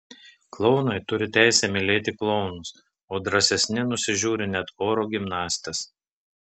klounai turi teisę mylėti klounus o drąsesni nusižiūri net oro gimnastes